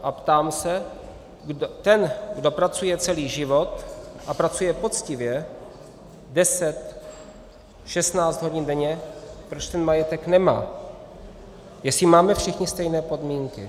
A ptám se: Ten, kdo pracuje celý život a pracuje poctivě deset, šestnáct hodin denně, proč ten majetek nemá, jestli máme všichni stejné podmínky?